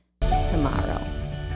tomorrow